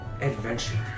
adventure